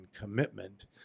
commitment